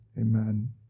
Amen